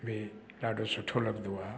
में ॾाढो सुठो लॻंदो आहे